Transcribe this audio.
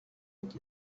with